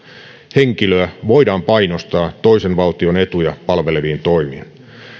henkilöä voidaan painostaa toisen valtion etuja palveleviin toimiin